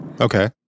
Okay